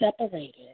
separated